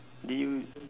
did you